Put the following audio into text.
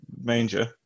manger